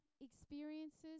experiences